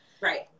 Right